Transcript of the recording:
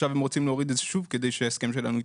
עכשיו הם רוצים להוריד את זה שוב כדי שההסכם שלנו יתממש.